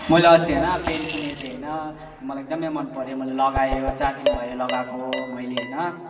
मैले अस्ति होइन पेन्ट किनेको थिएँ होइन मलाई एकदमै मनपऱ्यो मैले लगाएँ चार दिन भयो लगाएको मैले होइन